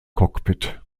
cockpit